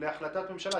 להחלטת ממשלה.